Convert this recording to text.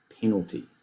penalty